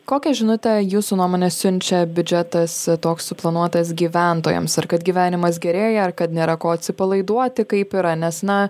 kokią žinutę jūsų nuomone siunčia biudžetas toks suplanuotas gyventojams ar kad gyvenimas gerėja ar kad nėra ko atsipalaiduoti kaip yra nes na